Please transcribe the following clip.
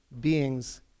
beings